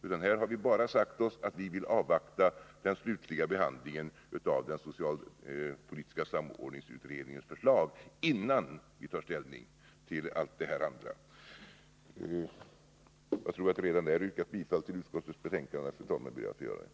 Vi har bara sagt oss att vi vill avvakta den slutliga behandlingen av den socialpolitiska samordningsutredningens förslag, innan vi tar ställning till allt det här andra. Fru talman! Jag tror att jag redan har yrkat bifall till utskottets hemställan men ber annars att få göra detta.